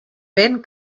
ben